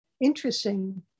interesting